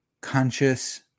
conscious